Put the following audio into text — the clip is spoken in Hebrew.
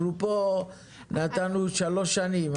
אנחנו פה נתנו שלוש שנים,